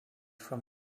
from